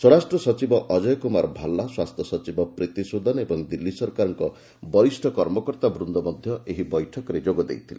ସ୍ୱରାଷ୍ଟ୍ର ସଚିବ ଅଜୟ କୁମାର ଭାଲା ସ୍ୱାସ୍ଥ୍ୟ ସଚିବ ପ୍ରୀତି ସୁଦନ ଓ ଦିଲ୍ଲୀ ସରକାରଙ୍କର ବରିଷ୍ଠ କର୍ମକର୍ତ୍ତାବୃନ୍ଦ ମଧ୍ୟ ଏହି ବୈଠକରେ ଯୋଗ ଦେଇଥିଲେ